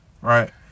right